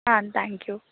ah thank you